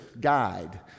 guide